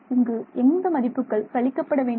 இங்கு எந்த மதிப்புகள் கழிக்கப்பட வேண்டும்